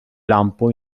lampo